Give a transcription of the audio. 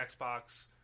Xbox